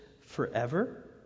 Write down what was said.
forever